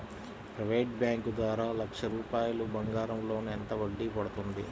Private bank ద్వారా లక్ష రూపాయలు బంగారం లోన్ ఎంత వడ్డీ పడుతుంది?